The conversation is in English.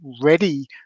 ready